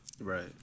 Right